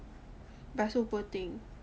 but so poor thing